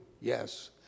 Yes